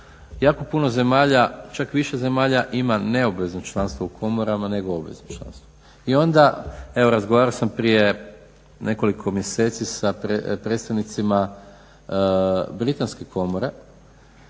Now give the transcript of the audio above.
jako puno zemalja čak više zemalja ima neobvezno članstvo u komorama nego obvezno članstvo i onda evo razgovarao sam prije nekolik mjeseci sa predstavnicima Britanske komore